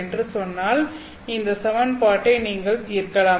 என்று சொன்னால் இந்த சமன்பாட்டைத் நீங்கள் தீர்க்கலாம்